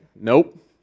nope